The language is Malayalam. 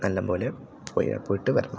നല്ല പോലെ പോയ പോയിട്ട് വരണം